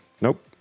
Nope